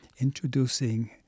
introducing